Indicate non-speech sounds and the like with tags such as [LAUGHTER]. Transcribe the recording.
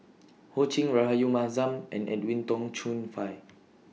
[NOISE] Ho Ching Rahayu Mahzam and Edwin Tong Chun Fai